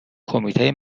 کمیته